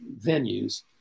venues